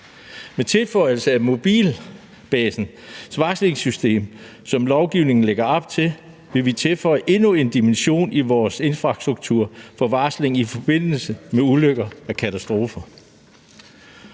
Med tilføjelse af et mobilbaseret varslingssystem, som lovgivningen lægger op til, vil vi tilføje endnu en dimension i vores infrastruktur for varsling i forbindelse med ulykker og katastrofer.